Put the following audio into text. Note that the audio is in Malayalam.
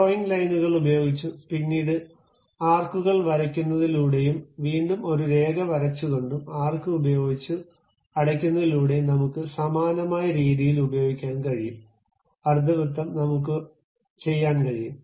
ഡ്രോയിംഗ് ലൈനുകൾ ഉപയോഗിച്ചും പിന്നീട് ആർക്കുകൾ വരയ്ക്കുന്നതിലൂടെയും വീണ്ടും ഒരു രേഖ വരച്ചുകൊണ്ടും ആർക്ക് ഉപയോഗിച്ച് അടയ്ക്കുന്നതിലൂടെയും നമുക്ക് സമാനമായ രീതിയിൽ ഉപയോഗിയ്ക്കാൻ കഴിയും അർദ്ധവൃത്തം നമുക്ക് ചെയ്യാൻ കഴിയും